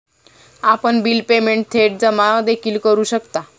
आपण bill payment थेट जमा देखील करू शकता